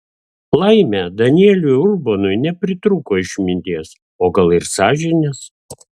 laimė danieliui urbonui nepritrūko išminties o gal ir sąžinės